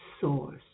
source